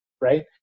right